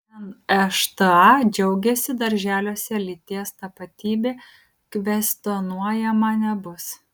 nšta džiaugiasi darželiuose lyties tapatybė kvestionuojama nebus